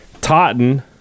Totten